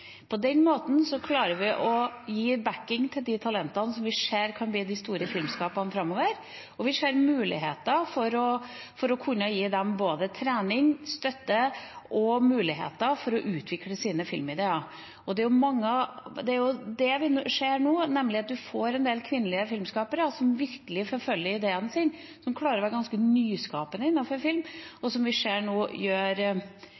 På den måten klarer vi å gi backing til de talentene som vi ser kan bli de store filmskaperne framover. Vi ser muligheter for å kunne gi dem både trening og støtte til å utvikle sine filmideer. Det er det vi nå ser, nemlig at man får en del kvinnelige filmskapere som virkelig forfølger ideen sin, som klarer å være ganske nyskapende innenfor film, og som gjør